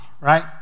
right